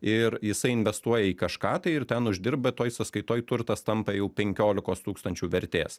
ir jisai investuoja į kažką tai ir ten uždirba toj sąskaitoj turtas tampa jau penkiolikos tūkstančių vertės